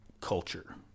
culture